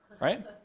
Right